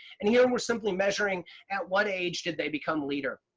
and here we're simply measuring at what age did they become leader.